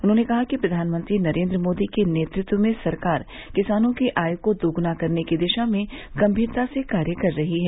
उन्होंने कहा कि प्रधानमंत्री नरेन्द्र मोदी के नेतत्व में सरकार किसानों की आय को दोग्ना करने की दिशा में गम्मीरता से कार्य कर रही है